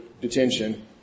detention